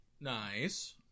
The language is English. Nice